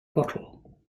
bottle